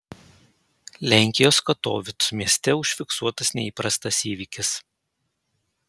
lenkijos katovicų mieste užfiksuotas neįprastas įvykis